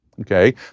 okay